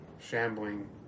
shambling